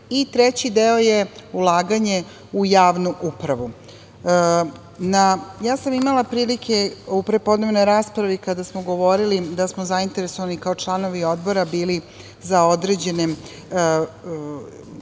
i treći deo je ulaganje u javnu upravu. Imala sam prilike u prepodnevnoj raspravi, kada smo govorili da smo zainteresovani kao članovi Odbora za određene